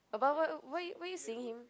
but why why why are you seeing him